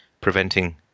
preventing